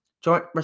joint